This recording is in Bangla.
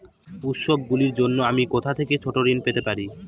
উত্সবগুলির জন্য আমি কোথায় ছোট ঋণ পেতে পারি?